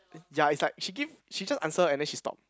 eh ya is like she give she just answer and then she stop